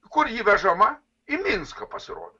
kur ji vežama į minską pasirodo